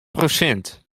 prosint